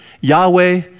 Yahweh